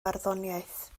barddoniaeth